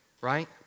Right